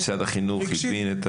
משרד החינוך הבין?